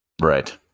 Right